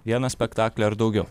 vieną spektaklį ar daugiau